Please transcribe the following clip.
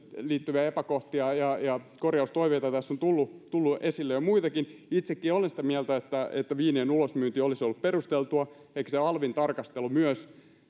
liittyviä epäkohtia ja korjaustoiveita tässä on tullut esille jo muitakin itsekin olen sitä mieltä että että viinien ulosmyynti olisi ollut perusteltua ehkä se alvin tarkastelu myös